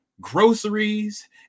groceries